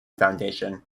foundation